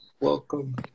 Welcome